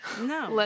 No